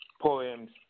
poems